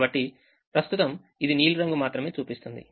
కాబట్టి ప్రస్తుతం ఇది నీలం రంగు మాత్రమే చూపిస్తుంది